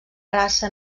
raça